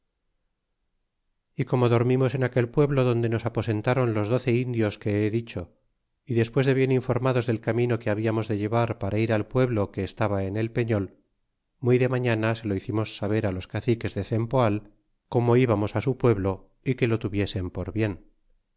y como dormimos en aquel pueblo donde nos aposentáron los doce indios que he dicho y despues de bien informados del camino que hablamos de llevar para ir al pueblo que estaba en el peñol muy de mañana se lo hicimos saber los caciques de cevapoal como íbamos á su pueblo y que lo tuviesen por bien